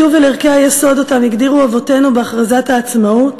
לשוב אל ערכי היסוד שהגדירו אבותינו בהכרזת העצמאות,